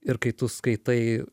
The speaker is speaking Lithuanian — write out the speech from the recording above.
ir kai tu skaitai